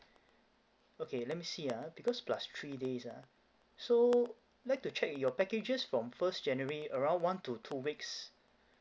okay let me see ah because plus three days ah so like to check your packages from first january around one to two weeks